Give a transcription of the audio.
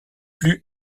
plus